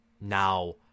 Now